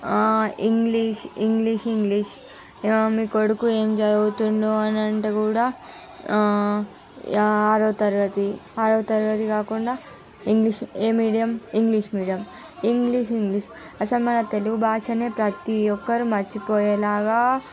English English English మీ కొడుకు ఏం చదువుతున్నాడు అని అంటే కూడా ఆరవ తరగతి ఆరవ తరగతి కాకుండా ఏ medium English medium English English అసలు మన తెలుగు భాషనే ప్రతి ఒక్కరు మర్చిపోయేలాగా